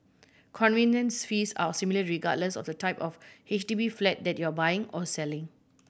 conveyance fees are similar regardless of the type of H D B flat that you are buying or selling